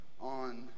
on